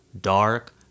dark